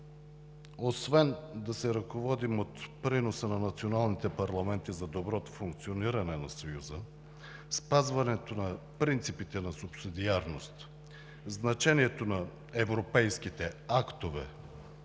Освен да се ръководим от приноса на националните парламенти за доброто функциониране на Съюза, спазването на принципите на субсидиарност, значението на европейските актове,